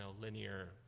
linear